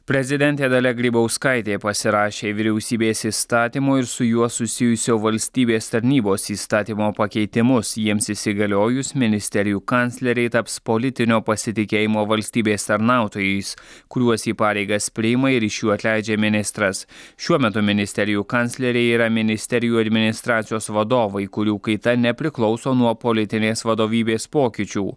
prezidentė dalia grybauskaitė pasirašė vyriausybės įstatymo ir su juo susijusio valstybės tarnybos įstatymo pakeitimus jiems įsigaliojus ministerijų kancleriai taps politinio pasitikėjimo valstybės tarnautojais kuriuos į pareigas priima ir iš jų atleidžia ministras šiuo metu ministerijų kancleriai yra ministerijų administracijos vadovai kurių kaita nepriklauso nuo politinės vadovybės pokyčių